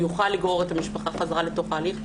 יוכל לגרור את המשפחה חזרה לתוך ההליך,